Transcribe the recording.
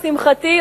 לשמחתי,